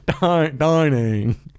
Dining